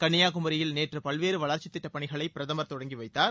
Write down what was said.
கன்னியாகுமரியில் நேற்று பல்வேறு வளர்ச்சித் திட்டப்பணிகளை பிரதமர் தொடங்கி வைத்தார்